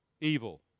evil